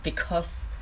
because